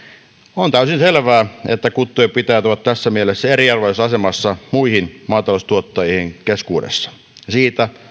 on täysin selvää että kuttujen pitäjät ovat tässä mielessä eriarvoisessa asemassa muihin maataloustuottajien keskuudessa ja siitä